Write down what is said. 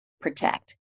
protect